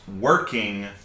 working